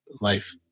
life